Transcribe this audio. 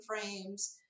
frames